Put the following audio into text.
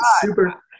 super –